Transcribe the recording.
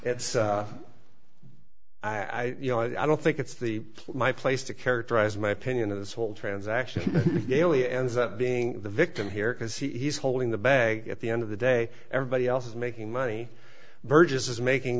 it's i you know i don't think it's the my place to characterize my opinion of this whole transaction galia ends up being the victim here because he's holding the bag at the end of the day everybody else is making money burgess is making